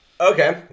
Okay